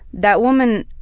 that woman,